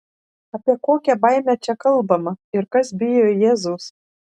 apie kokią baimę čia kalbama ir kas bijo jėzaus